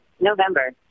November